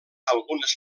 algunes